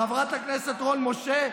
חברת הכנסת רון בן משה,